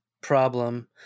problem